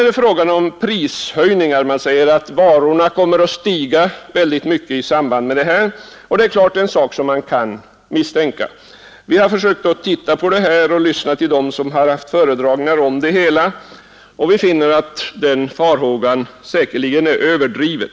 Det har sagts att priserna kommer att stiga starkt i samband med affärstidslagens upphörande, och det är naturligtvis någonting som man kan misstänka. Men vi har försökt att studera den frågan, och vi har lyssnat på dem som varit föredragande i ärendet, och vi har då funnit att den farhågan säkerligen är överdriven.